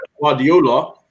Guardiola